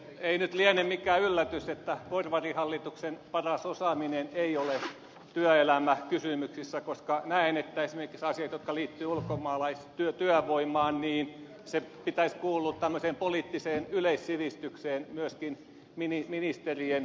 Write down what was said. ei nyt liene mikään yllätys että porvarihallituksen paras osaaminen ei ole työelämäkysymyksissä koska näen että esimerkiksi asioiden jotka liittyvät ulkomaalaistyövoimaan pitäisi kuulua tämmöiseen poliittiseen yleissivistykseen myöskin ministerien kohdalta